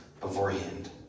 beforehand